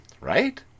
right